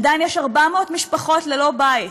ועדיין יש 400 משפחות מבין המפונים ללא בית,